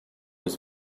was